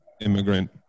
immigrant